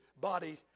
body